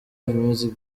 music